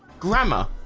grammar